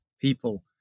people